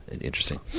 Interesting